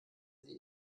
sie